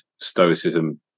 Stoicism